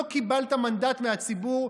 לא קיבלת מנדט מהציבור,